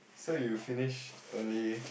so you finished early